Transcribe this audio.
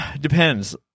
Depends